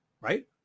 right